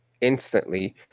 instantly